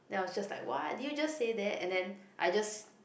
then I was just like what did you just say that and then I just